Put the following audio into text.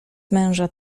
męża